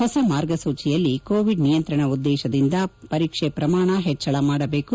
ಹೊಸ ಮಾರ್ಗಸೂಚಿಯಲ್ಲಿ ಕೋವಿಡ್ ನಿಯಂತ್ರಣ ಉದ್ಗೇಶದಿಂದ ಪರೀಕ್ಷೆ ಪ್ರಮಾಣ ಹೆಚ್ಚಳ ಮಾಡಬೇಕು